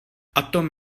atom